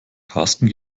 karsten